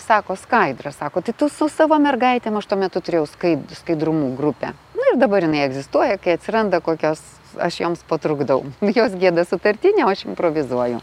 sako skaidra sako tai tu su savo mergaitėm aš tuo metu turėjau skai skaidrumų grupę nu ir dabar jinai egzistuoja kai atsiranda kokios aš joms patrukdau jos gieda sutartinę o aš improvizuoju